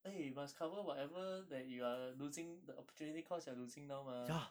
eh must cover whatever that you are losing the opportunity cost you are losing now mah